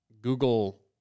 google